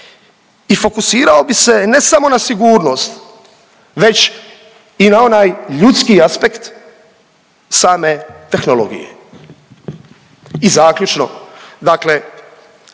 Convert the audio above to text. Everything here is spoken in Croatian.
i fokusirao bi se, ne samo na sigurnost, već i na onaj ljudski aspekt same tehnologije. I zaključno,